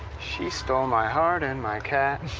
she stole my heart and my cat.